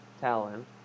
Talon